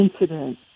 incident